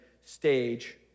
stage